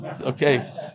Okay